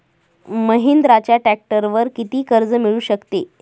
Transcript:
महिंद्राच्या ट्रॅक्टरवर किती कर्ज मिळू शकते?